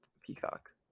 Peacock